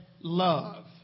love